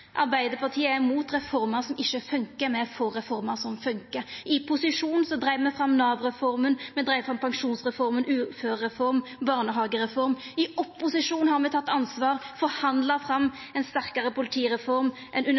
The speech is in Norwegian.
Arbeidarpartiet er imot reformer som ikkje funkar. Me er for reformer som funkar. I posisjon dreiv me fram Nav-reforma. Me dreiv fram pensjonsreform, uførereform, barnehagereform. I opposisjon har me teke ansvar, forhandla fram ei sterkare politireform,